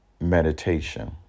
meditation